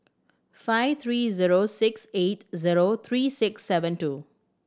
five three zero six eight zero three six seven two